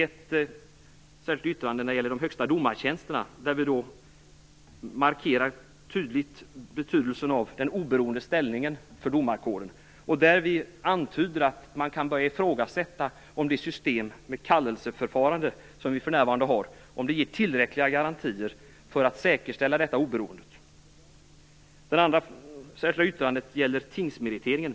Ett särskilt yttrande gäller de högsta domartjänsterna, där vi tydligt markerar betydelsen av den oberoende ställningen för domarkåren. Vi antyder att man kan börja ifrågasätta om det system med kallelseförfarande som vi för närvarande har ger tillräckliga garantier för att oberoendet skall kunna säkerställas. Det andra särskilda yttrandet gäller tingsmeriteringen.